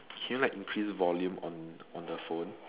can you like increase volume on on the phone